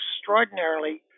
extraordinarily